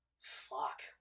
fuck